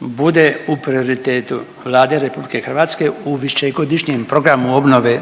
bude u prioritetu Vlade RH u višegodišnjem programu obnove